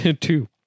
Two